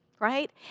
right